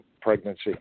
pregnancy